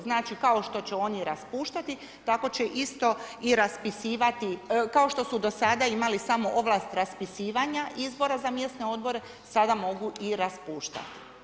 Znači, kao što će oni raspuštati, tako će isto i raspisivati, kao što su do sada imali samo ovlast raspisivanja izbora za mjesne odbore, sada mogu i raspuštati.